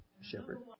shepherd